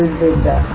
अलविदा